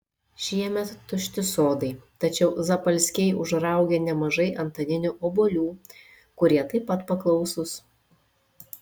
šiemet tušti sodai tačiau zapalskiai užraugė nemažai antaninių obuolių kurie taip pat paklausūs